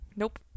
Nope